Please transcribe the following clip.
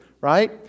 right